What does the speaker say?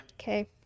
Okay